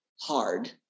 hard